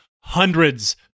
hundreds